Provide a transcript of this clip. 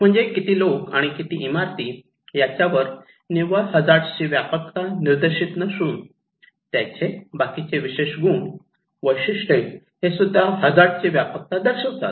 म्हणजे किती लोकं आणि किती इमारती याच्यावर निव्वळ हजार्ड ची व्यापकता निर्देशित नसून त्यांचे बाकीचे विशेष गुण वैशिष्ट्ये हेसुद्धा त्या हजार्ड ची व्यापकता दर्शवतात